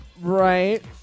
Right